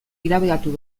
irabiatu